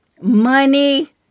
money